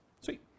Sweet